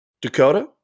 Dakota